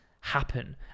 happen